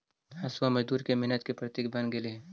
हँसुआ मजदूर के मेहनत के प्रतीक बन गेले हई